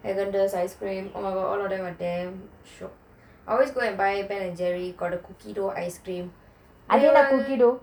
haagen dazs ice cream oh my god all of them are damn shiok I always buy the ben and jerry got the cookie dough ice cream